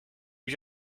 you